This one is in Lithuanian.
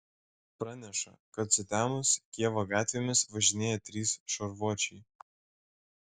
praneša kad sutemus kijevo gatvėmis važinėja trys šarvuočiai